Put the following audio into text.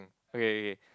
okay okay